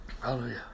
Hallelujah